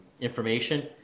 information